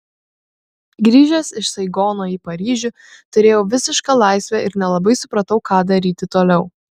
grįžęs iš saigono į paryžių turėjau visišką laisvę ir nelabai supratau ką daryti toliau